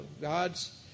God's